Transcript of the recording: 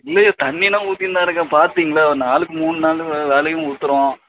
இல்லைய்யா தண்ணிலாம் ஊற்றின்னுதான் இருக்கேன் பார்த்தீங்ல்ல ஒரு நாளைக்கு மூணு நாலு வே வேளையும் ஊற்றுறோம்